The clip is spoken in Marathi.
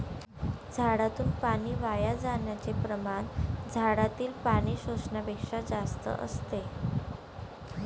झाडातून पाणी वाया जाण्याचे प्रमाण झाडातील पाणी शोषण्यापेक्षा जास्त असते